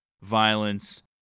violence